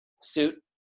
suit